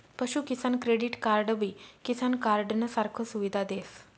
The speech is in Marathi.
पशु किसान क्रेडिट कार्डबी किसान कार्डनं सारखा सुविधा देस